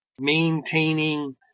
maintaining